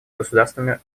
государствами